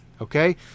Okay